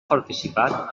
participat